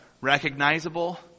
recognizable